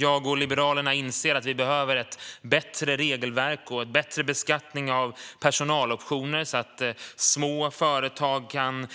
Jag och Liberalerna inser att vi behöver ett bättre regelverk och en bättre beskattning av personaloptioner så att små företag kan